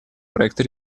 проекта